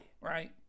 right